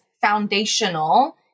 foundational